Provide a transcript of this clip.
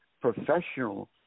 professional